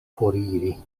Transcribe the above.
foriri